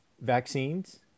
vaccines